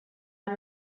are